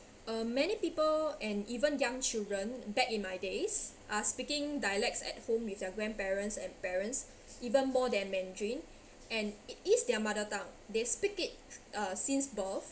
uh many people and even young children back in my days are speaking dialects at home with their grandparents and parents even more than mandarin and it is their mother tongue they speak it uh since birth